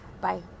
Bye